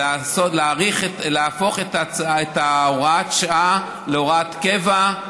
להפוך את הוראת שעה להוראת קבע.